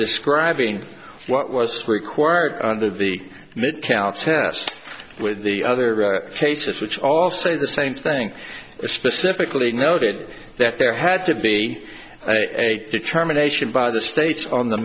describing what was required of the midtown test with the other cases which all say the same thing specifically noted that there had to be a determination by the states on the